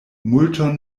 multon